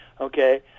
okay